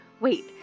wait